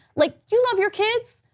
like you love your kids,